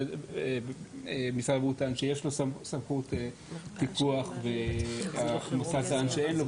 שבו משרד הבריאות טען שיש לו סמכות פיקוח והמוסד טען שאין לו,